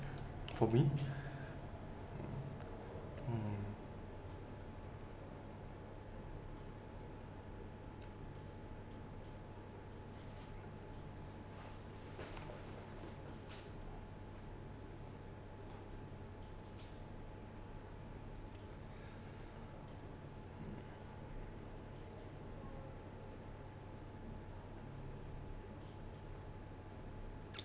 for me mm